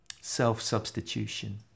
Self-substitution